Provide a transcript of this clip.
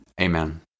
Amen